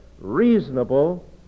reasonable